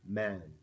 man